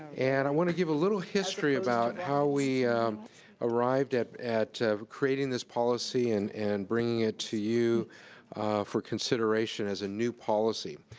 and i want to give a little history about how we arrived at at creating this policy and and bringing it to you for consideration as a new policy.